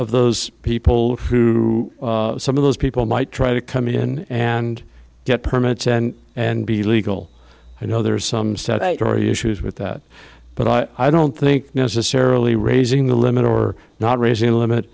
of those people who some of those people might try to come in and get permits and and be legal i know there's some state already issues with that but i don't think necessarily raising the limit or not raising the limit